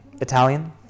Italian